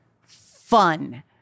fun